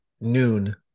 noon